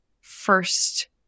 first